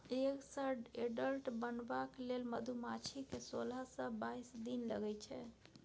egg सँ adult बनबाक लेल मधुमाछी केँ सोलह सँ बाइस दिन लगै छै